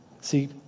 See